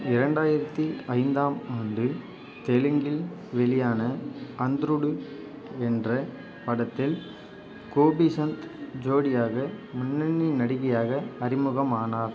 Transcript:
இரண்டாயிரத்து ஐந்தாம் ஆண்டு தெலுங்கில் வெளியான அந்த்ருடு என்ற படத்தில் கோபிசந்த் ஜோடியாக முன்னணி நடிகையாக அறிமுகமானார்